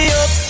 up